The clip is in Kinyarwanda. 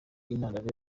intandaro